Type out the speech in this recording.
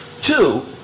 Two